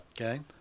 Okay